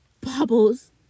bubbles